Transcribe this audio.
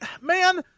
Man